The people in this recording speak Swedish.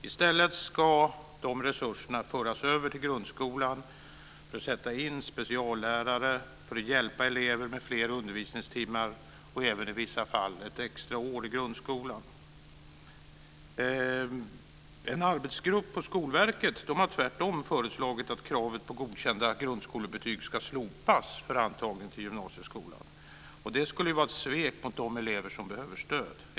I stället ska resurserna föras över till grundskolan för att sätta in speciallärare och för att hjälpa elever med fler undervisningstimmar och även, i vissa fall, med ett extra år i grundskolan. En arbetsgrupp på Skolverket har tvärtom föreslagit att kravet på godkända grundskolebetyg ska slopas för antagning till gymnasieskolan. Det skulle vara ett svek mot de elever som behöver stöd.